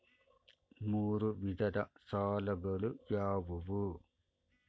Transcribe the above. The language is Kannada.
ಮೂರು ವಿಧದ ಸಾಲಗಳು ಯಾವುವು?